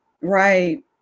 Right